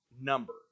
number